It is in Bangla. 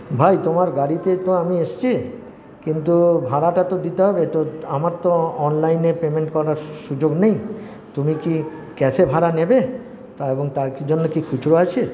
ভাই তোমার গাড়িতে তো আমি এসছি কিন্তু ভাড়াটা তো দিতে হবে তো আমার তো অনলাইনে পেমেন্ট করার সুযোগ নেই তুমি কি ক্যাশে ভাড়া নেবে তা এবং তার জন্য কি খুচরো আছে